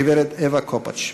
הגברת אווה קופאץ'.